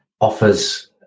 offers